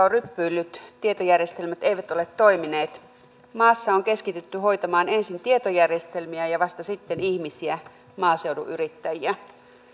on ryppyillyt tietojärjestelmät eivät ole toimineet maassa on keskitytty hoitamaan ensin tietojärjestelmiä ja ja vasta sitten ihmisiä maaseudun yrittäjiä